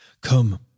Come